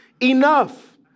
Enough